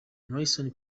nelson